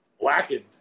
Blackened